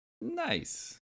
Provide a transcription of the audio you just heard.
Nice